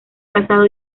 casado